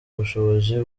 bushobozi